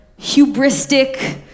hubristic